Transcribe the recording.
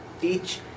teach